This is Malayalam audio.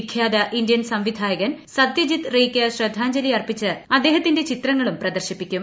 വിഖ്യാത ഇന്ത്യൻ സംവിധായകൻ സത്യജിത് റേയ്ക്ക് ശ്രദ്ധാഞ്ജലി അർപ്പിച്ച് അദ്ദേഹത്തിന്റെ ചിത്രങ്ങളും പ്രദർശിപ്പിക്കും